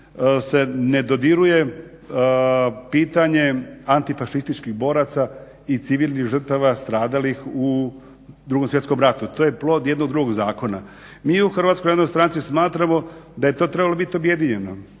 se ne dodiruje pitanje antifašističkih boraca i civilnih žrtava stradalih u Drugom svjetskom ratu. To je plod jednog drugog zakona. Mi u HNS-u smatramo da je to trebalo biti objedinjeno,